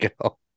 go